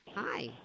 Hi